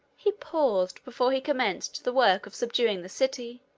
he paused before he commenced the work of subduing the city,